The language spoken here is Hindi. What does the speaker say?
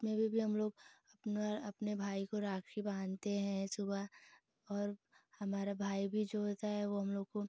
उसमें भी भी हमलोग अपना अपने भाई को राखी बाँधते हैं सुबह और हमारा भाई भी जो होता है वह हमलोग को